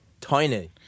Tiny